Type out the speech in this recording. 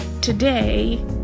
today